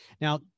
Now